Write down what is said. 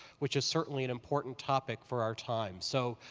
which is certainly an important topic for our time. so,